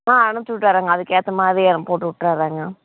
ஆ அனுப்ச்சுவிட்டறங்க அதுக்கு ஏற்ற மாதிரியே நான் போட்டுவிட்டறங்க